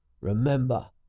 Remember